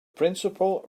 principal